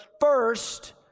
first